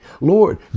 Lord